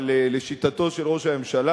אבל לשיטתו של ראש הממשלה,